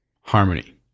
harmony